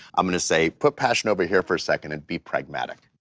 i'm gonna say, put passion over here for a second and be pragmatic.